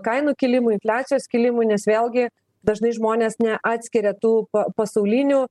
kainų kilimui infliacijos kilimui nes vėlgi dažnai žmonės neatskiria tų pasaulinių